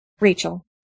Rachel